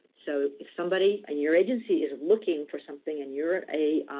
so if somebody, and your agency is looking for something, and you're a